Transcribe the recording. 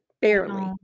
Barely